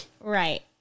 Right